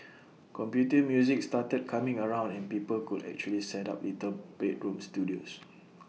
computer music started coming around and people could actually set up little bedroom studios